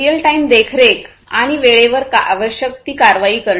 real time देखरेख आणि वेळेवर आवश्यक ती कारवाई करणे